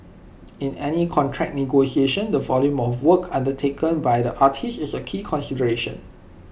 in any contract negotiation the volume of work undertaken by the artiste is A key consideration